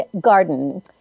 garden